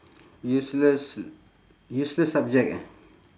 useless useless subject eh